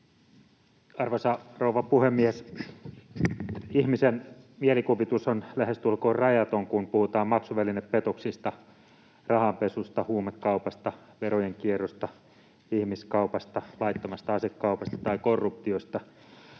Arvoisa rouva puhemies! Ihmisen mielikuvitus on lähestulkoon rajaton, kun puhutaan maksuvälinepetoksista, rahanpesusta, huumekaupasta, verojen kierrosta, ihmiskaupasta, laittomasta asekaupasta tai korruptiosta.